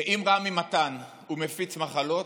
אם רמי מתן הוא מפיץ מחלות,